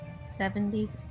seventy